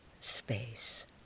space